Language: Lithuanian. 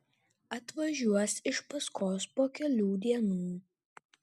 atvažiuos iš paskos po kelių dienų